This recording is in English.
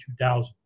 2000